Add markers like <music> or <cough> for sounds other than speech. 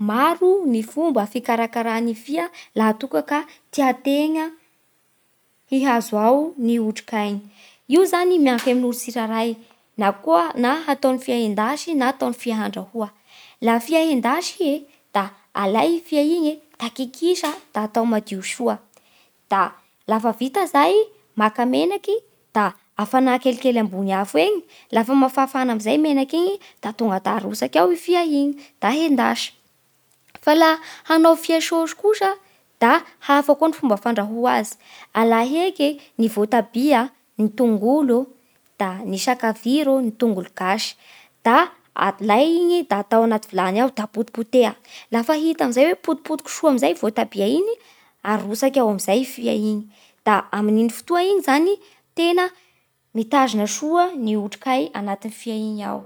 Maro ny fomba fikarakarà ny fia laha toa ka ka tia tegna hihazo ao ny otrikay. Io zany mianky <noise> amin'olo tsirairay na koa na hataony fia hendasy na ataony fia andrahoa. Laha fia endasy i e da alay fia igny e da kikisa <noise> da atao madio soa; da lafa vita izay: maka menaky da hafana kelikely ambony afo egny, lafa mafafana amin'izay menak'igny da tonga da arotsaky ao fia igny da endasy. Fa laha hanao fia sôsy kosa da hafa koa ny fomba fandrahoa azy. Alay heky e ny voatabia, ny tongolo, da ny sakaviro, ny tongolo gasy da alay igny da atao anaty vilany ao da potipoteha. Lafa hita amin'izay hoe potipotiky soa amin'izay voatabia igny arotsaky ao amin'izay fia igny, da amin'iny fotoa igny zany tena mitazona soa ny otrikay anatin'ny fia igny ao.